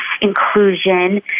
inclusion